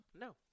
No